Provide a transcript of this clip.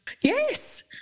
yes